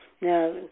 Now